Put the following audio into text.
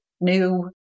new